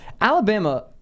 Alabama